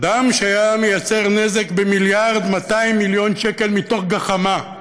אדם שהיה מייצר נזק ב-1.2 מיליארד שקל מתוך גחמה,